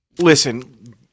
Listen